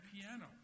piano